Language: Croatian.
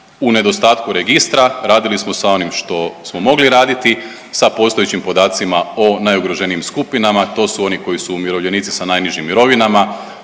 U nedostatku registra radili smo s onim što smo mogli raditi sa postojećim podacima o najugroženijim skupinama, to su oni koji su umirovljenici sa najnižim mirovinama,